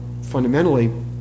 fundamentally